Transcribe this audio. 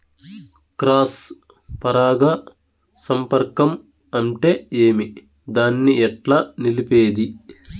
Cross పరాగ సంపర్కం అంటే ఏమి? దాన్ని ఎట్లా నిలిపేది?